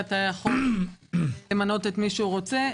היה יכול למנות את מי שהוא רוצה.